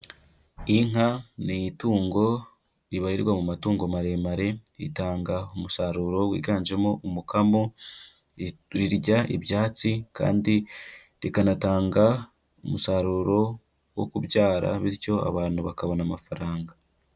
Inka ni itungo ribarirwa mu matungo maremare, ritanga umusaruro wiganjemo umukamo, rirya ibyatsi, kandi rikanatanga umusaruro wo kubyara, bityo abantu bakabona amafaranga.